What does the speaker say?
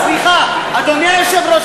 סליחה, אדוני היושב-ראש.